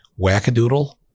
wackadoodle